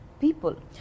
people